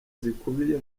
zikubiye